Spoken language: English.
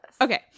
Okay